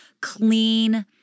clean